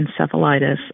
Encephalitis